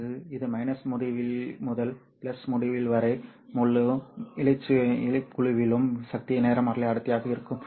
அதனால் இது மைனஸ் முடிவிலி முதல் பிளஸ் முடிவிலி வரை முழு இசைக்குழுவிலும் சக்தி நிறமாலை அடர்த்தியாக இருக்கும்